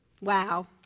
Wow